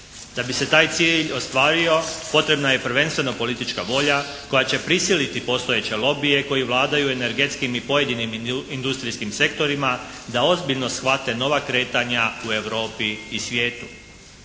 Da bi se taj cilj ostvario potrebna je prvenstveno politička volja koja će prisiliti postojeće lobije koji vladaju energetskim i pojedinim industrijskim sektorima da ozbiljno shvate nova kretanja u Europi i svijetu.